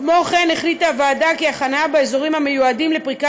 כמו כן החליטה הוועדה כי החניה באזורים המיועדים לפריקה